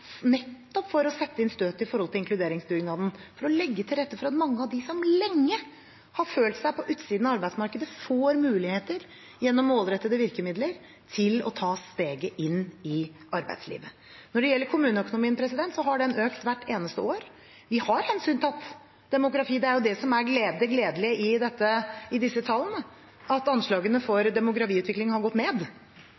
for nettopp å sette inn støtet når det gjelder inkluderingsdugnaden, for å legge til rette for at mange av dem som lenge har følt seg på utsiden av arbeidsmarkedet, gjennom målrettede virkemidler får muligheter til å ta steget inn i arbeidslivet. Når det gjelder kommuneøkonomien, har den økt hvert eneste år. Vi har hensyntatt demografi. Det er jo det som er det gledelige i disse tallene, at anslagene for